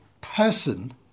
person